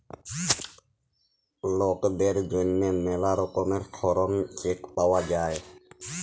লকদের জ্যনহে ম্যালা রকমের শরম চেক পাউয়া যায়